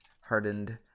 hardened